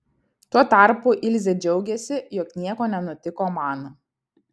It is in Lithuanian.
tuo tarpu ilzė džiaugėsi jog nieko nenutiko man